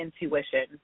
intuition